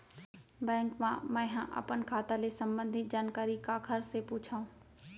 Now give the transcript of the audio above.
Bank मा मैं ह अपन खाता ले संबंधित जानकारी काखर से पूछव?